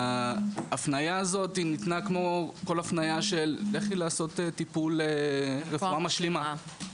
ההפניה הזאת ניתנה כמו כל הפניה של לכי לעשות טיפול רפואה משלימה,